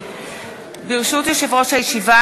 ברשות יושב-ראש הישיבה,